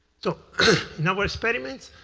so in our experiment,